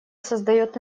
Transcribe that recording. создает